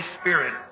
Spirit